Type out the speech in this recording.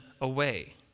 away